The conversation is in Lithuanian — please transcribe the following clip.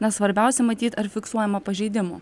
na svarbiausia matyt ar fiksuojama pažeidimų